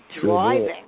driving